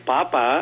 Papa